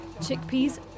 chickpeas